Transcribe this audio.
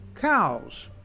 Cows